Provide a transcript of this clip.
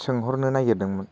सोंहरनो नागिरदोंमोन